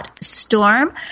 Storm